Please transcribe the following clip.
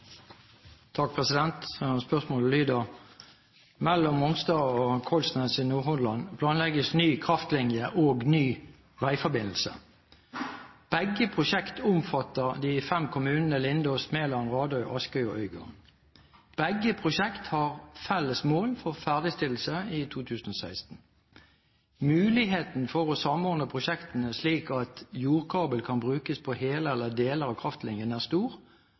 planlegges ny kraftlinje og ny veiforbindelse. Begge prosjektene omfatter de fem kommunene Lindås, Meland, Radøy, Askøy og Øygarden. Begge prosjektene har felles mål for ferdigstillelse i 2016. Muligheten for å samordne prosjektene slik at jordkabel kan brukes på hele eller deler av kraftlinjen, er stor,